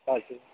પછી